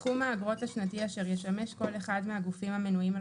סכום האגרות השנתי אשר ישמש כל אחד מהגופים המנויים על